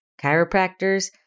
chiropractors